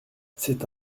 c’est